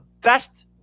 best